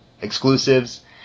exclusives